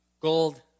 gold